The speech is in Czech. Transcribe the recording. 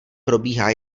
probíhá